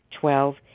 Twelve